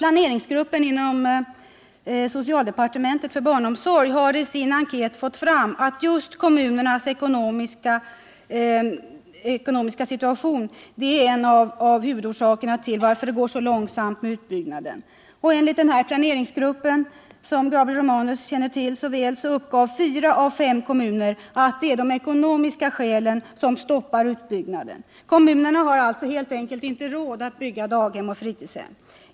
Planeringsgruppen för barnomsorg inom socialdepartementet har också i sin enkät fått fram att just kommunernas ekonomiska situation är en av huvudorsakerna till att utbyggnaden går så långsamt. Enligt planeringsgruppen, som Gabriel Romanus så väl känner till, uppgav fyra av fem kommuner att det är de ekonomiska skälen som stoppar utbyggnaden. Kommunerna har helt enkelt inte råd att bygga daghem och fritidshem.